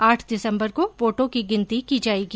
आठ दिसम्बर को वोटों की गिनती की जायेगी